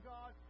God